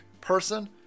person